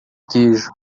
queijo